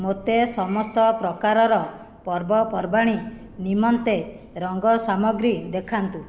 ମୋତେ ସମସ୍ତ ପ୍ରକାରର ପର୍ବପର୍ବାଣି ନିମନ୍ତେ ରଙ୍ଗ ସାମଗ୍ରୀ ଦେଖାନ୍ତୁ